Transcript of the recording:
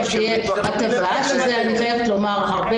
אתם מעלים פה סוגיה,